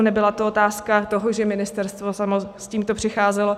Nebyla to otázka toho, že ministerstvo samo s tímto přicházelo.